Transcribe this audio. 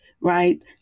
right